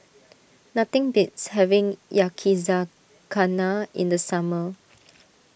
nothing beats having Yakizakana in the summer